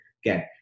again